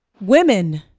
women